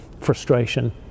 frustration